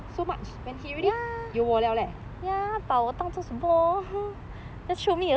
well so much when he already 有我了 leh